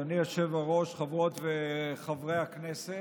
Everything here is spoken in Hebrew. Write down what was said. אדוני היושב-ראש, חברות וחברי הכנסת,